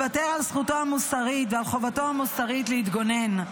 לוותר על זכותו המוסרית ועל חובתו המוסרית להתגונן,